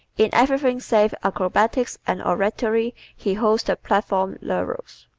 in everything save acrobatics and oratory he holds the platform laurels.